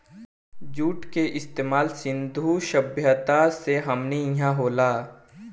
जुट के इस्तमाल सिंधु सभ्यता से हमनी इहा होला